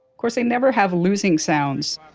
course, they never have losing sounds,